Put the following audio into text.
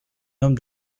homme